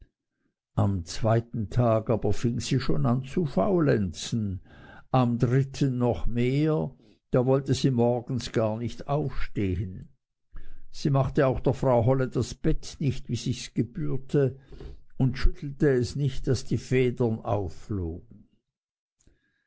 am zweiten tag aber fing sie schon an zu faulenzen am dritten noch mehr da wollte sie morgens gar nicht aufstehen sie machte auch der frau holle das bett nicht wie sichs gebührte und schüttelte es nicht daß die federn aufflogen